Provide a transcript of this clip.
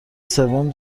سوم